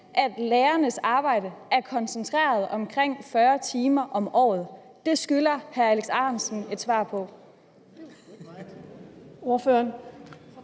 at lærernes arbejde er koncentreret omkring 40 uger om året. Det skylder hr. Alex Ahrendtsen et svar på.